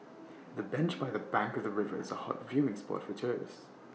the bench by the bank of the river is A hot viewing spot for tourists